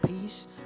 peace